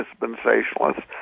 dispensationalists